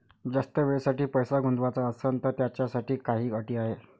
जास्त वेळेसाठी पैसा गुंतवाचा असनं त त्याच्यासाठी काही अटी हाय?